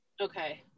Okay